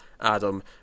Adam